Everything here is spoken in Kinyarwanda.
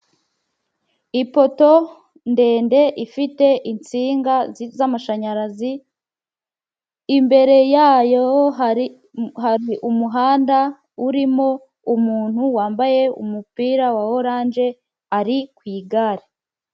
Ipoto ndende ifite insinga z'amashanyarazi, imbere yayo hari umuhanda urimo umuntu wambaye umupira wa oranje, ari ku igare.